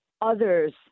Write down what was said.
others